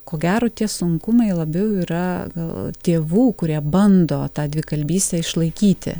ko gero tie sunkumai labiau yra gal tėvų kurie bando tą dvikalbystę išlaikyti